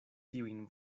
tiujn